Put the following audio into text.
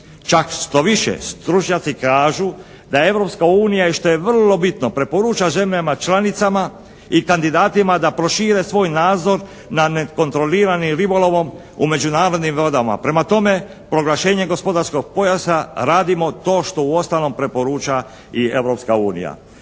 Čak štoviše, stručnjaci kažu da Europska unija što je vrlo bitno preporuča zemljama članicama i kandidatima da prošire svoj nadzor nad nekontroliranim ribolovom u međunarodnim vodama. Prema tome, proglašenjem gospodarskog pojasa radimo to što uostalom preporuča i Europska unija.